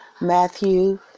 Matthew